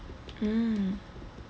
mm